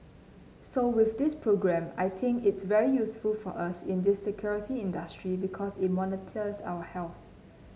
so with this programme I think it's very useful for us in the security industry because it monitors our health